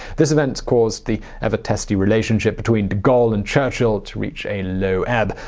this event caused the ever testy relationship between de gaulle and churchill to reach a low ebb.